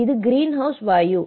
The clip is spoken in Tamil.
இது கிரீன்ஹவுஸ் வாயு